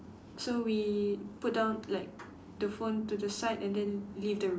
so we put down like the phone to the side and then leave the room